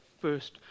first